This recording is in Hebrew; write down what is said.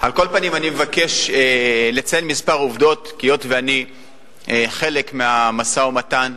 מבקש לציין כמה עובדות, היות שאני חלק מהמשא-ומתן